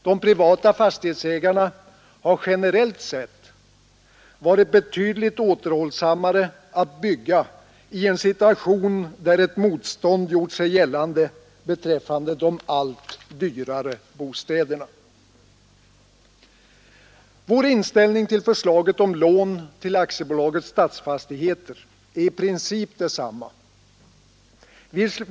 De privata fastighets ägarna har generellt sett varit betydligt återhållsammare med att bygga i Nr 133 en situation där ett motstånd gjort sig gällande beträffande de allt dyrare Onsdagen den bostäderna. 6 december 1972 Vår inställning till förslaget om lån till AB Stadsfastigheter är i princip Ålder SOT densamma.